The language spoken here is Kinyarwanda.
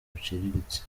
buciriritse